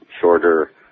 shorter